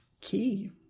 key